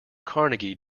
carnegie